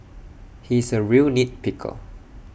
he is A real nit picker